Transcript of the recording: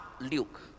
luke